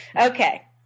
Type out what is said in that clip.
Okay